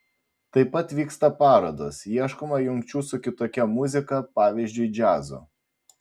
taip pat vyksta parodos ieškoma jungčių su kitokia muzika pavyzdžiui džiazu